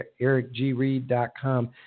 ericgreed.com